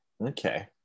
Okay